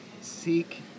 seek